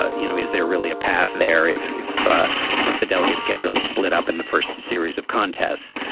ah you know, is there really a path there if if ah if the delegates get really split up in the first series of contests?